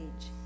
age